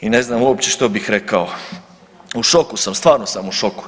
I ne znam uopće što bih rekao, u šoku sam, stvarno sam u šoku.